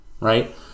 right